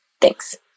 Thanks